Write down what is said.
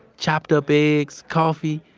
chopped-up eggs, coffee.